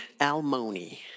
almoni